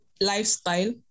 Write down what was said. lifestyle